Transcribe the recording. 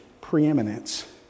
preeminence